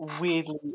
weirdly